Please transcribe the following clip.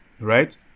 right